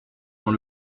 dans